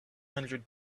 hundred